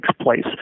place